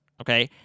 okay